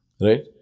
Right